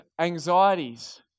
anxieties